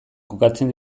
kokatzen